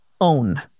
own